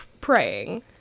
praying